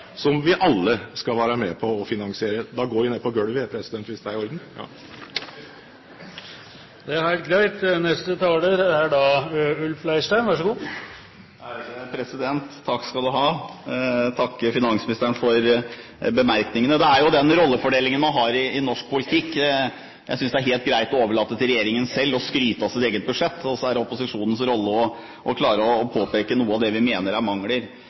som får økt skatt med det forslaget som blir lagt fram. Men det er en total skattelette for pensjonister på 1,35 mrd. kr, og den skattelettelsen blir betalt gjennom andre deler av skattesystemet, som vi alle skal være med på å finansiere. Jeg takker finansministeren for bemerkningene. Det er jo den rollefordelingen man har i norsk politikk. Jeg synes det er helt greit å overlate til regjeringen selv å skryte av sitt eget budsjett, og så er det opposisjonens rolle å klare å påpeke noe av det vi mener er mangler.